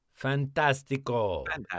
Fantastico